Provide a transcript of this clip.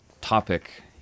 topic